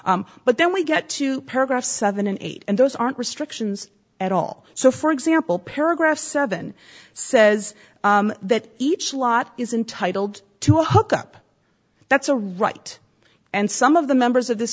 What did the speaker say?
but then we get to paragraph seven and eight and those aren't restrictions at all so for example paragraph seven says that each lot is intitled to hook up that's a right and some of the members of this